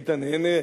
היית נהנה,